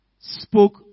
spoke